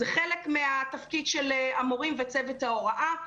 זה חלק מהתפקיד של המורים וצוות ההוראה.